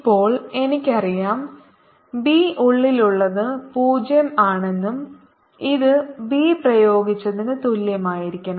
ഇപ്പോൾ എനിക്കറിയാം ബി ഉള്ളിലുള്ളത് 0 ആണെന്നും ഇത് ബി പ്രയോഗിച്ചതിന് തുല്യമായിരിക്കണം